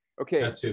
Okay